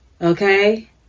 okay